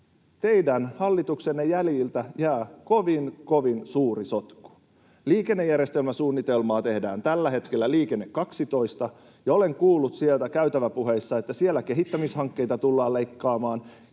Teidän hallituksenne jäljiltä jää kovin, kovin suuri sotku. Liikennejärjestelmäsuunnitelmaa tehdään tällä hetkellä — Liikenne 12 — ja olen kuullut sieltä käytäväpuheissa, että siellä tullaan leikkaamaan